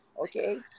okay